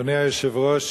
אדוני היושב-ראש,